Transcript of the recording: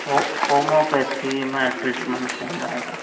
हो होमोपैथी म ट्रीटमेंट सही रहेगा